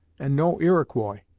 and no iroquois.